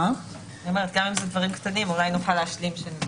אמרנו בדיון על פרק ד' שיש אולי דבר שכן צריך להיות מוגדר,